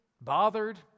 bothered